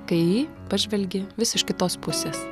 kai į jį pažvelgi vis iš kitos pusės